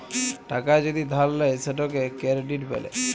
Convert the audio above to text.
টাকা যদি ধার লেয় সেটকে কেরডিট ব্যলে